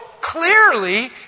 clearly